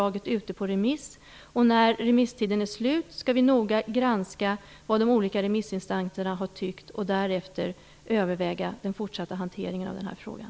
När remisstiden är slut skall vi noga granska vad de olika remissinstanserna har tyckt. Därefter skall vi överväga den fortsatta hanteringen av den här frågan.